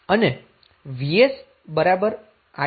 અને vs isR ની કિંમત શું હતી